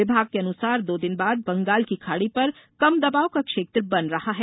विभाग के अनुसार दो दिन बाद बंगाल की खाड़ी पर कम दबाव का क्षेत्र बन रहा है